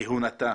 כהונתה